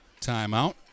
timeout